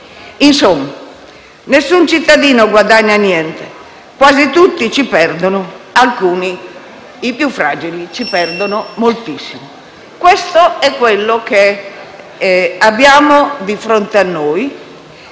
Insomma, nessun cittadino guadagna qualcosa; quasi tutti ci perdono; alcuni, i più fragili, ci perdono moltissimo. Questo è quello che abbiamo di fronte a noi